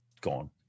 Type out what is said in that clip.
gone